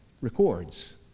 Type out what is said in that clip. records